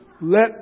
Let